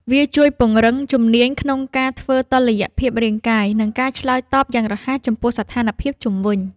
វាជួយពង្រឹងជំនាញក្នុងការធ្វើតុល្យភាពរាងកាយ និងការឆ្លើយតបយ៉ាងរហ័សចំពោះស្ថានភាពជុំវិញ។